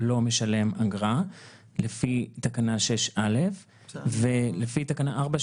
לא משלם אגרה לפי תקנה 6א. לפי תקנה 4,